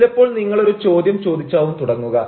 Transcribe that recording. ചിലപ്പോൾ നിങ്ങൾ ഒരു ചോദ്യം ചോദിച്ചാവും തുടങ്ങുക